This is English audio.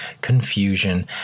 confusion